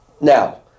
Now